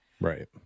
right